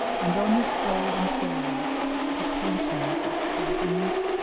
and on this gold and silver are paintings of dragons,